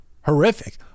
Horrific